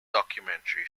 documentary